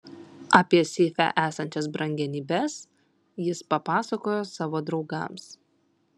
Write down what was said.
apie seife esančias brangenybes jis papasakojo savo draugams